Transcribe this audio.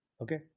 Okay